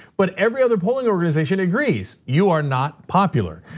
but every other polling organization agrees, you are not popular.